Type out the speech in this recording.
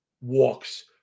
walks